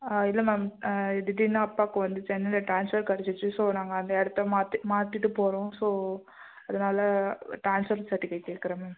இல்லை மேம் திடீர்னு அப்பாவுக்கு வந்து சென்னையில் டிரான்ஸ்ஃபர் கிடச்சிருச்சி ஸோ நாங்கள் அந்த இடத்தை மாற்று மாற்றிட்டு போகிறோம் ஸோ அதனால டிரான்ஸ்ஃபர் சர்டிபிகேட் கேட்கறேன் மேம்